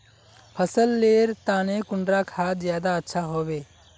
फसल लेर तने कुंडा खाद ज्यादा अच्छा हेवै?